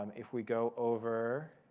um if we go over